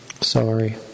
Sorry